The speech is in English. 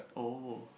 oh